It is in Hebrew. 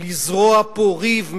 לזרוע פה בחברה הישראלית ריב,